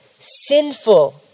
Sinful